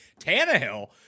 Tannehill